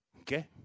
okay